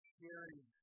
sharing